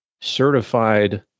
certified